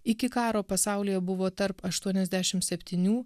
iki karo pasaulyje buvo tarp aštuoniasdešim septynių